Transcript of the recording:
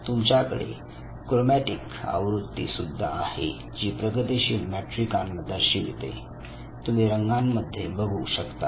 तुमच्याकडे क्रोमॅटिक आवृत्ती सुद्धा आहे जी प्रगतीशील मॅट्रिकांना दर्शविते तुम्ही रंगांमध्ये बघू शकता